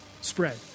spread